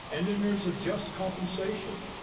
and then there's adjust compensation